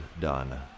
done